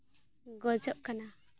ᱜᱚᱡᱚᱜ ᱠᱟᱱᱟ